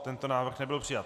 Tento návrh nebyl přijat.